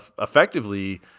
effectively